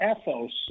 Ethos